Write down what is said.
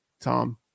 Tom